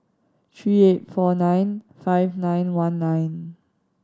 three eight four nine five nine one nine